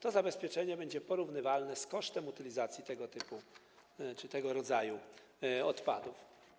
To zabezpieczenie będzie porównywalne z kosztem utylizacji tego typu, tego rodzaju odpadów.